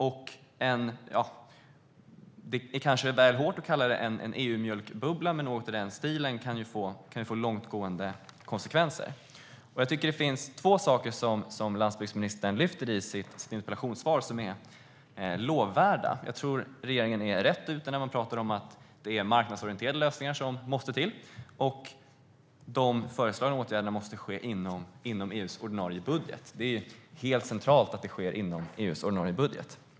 Det kanske är väl hårt att kalla detta för en EU-mjölkbubbla, men det är något i den stilen, och det kan få långtgående konsekvenser. Det finns två saker som landsbygdsministern lyfter fram i sitt interpellationssvar som jag tycker är lovvärda: Jag tror att regeringen är rätt ute när man talar om att det är marknadsorienterade lösningar som måste till, och de föreslagna åtgärderna måste ske inom EU:s ordinarie budget. Det är helt centralt att det sker inom budget.